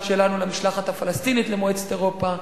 שלנו למשלחת הפלסטינית למועצת אירופה.